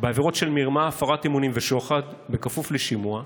בעבירות של מרמה, הפרת אמונים ושוחד בכפוף לשימוע,